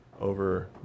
over